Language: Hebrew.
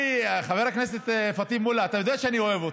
חבר הכנסת פטין מולא, אתה יודע שאני אוהב אותך.